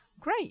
Great